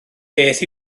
beth